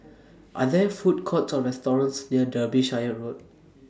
Are There Food Courts Or restaurants near Derbyshire Road